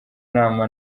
nama